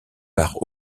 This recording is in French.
par